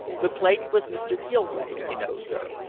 the plate was mr. gilrae's, you know, sir,